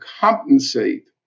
compensate